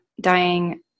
dying